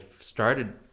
started